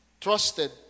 trusted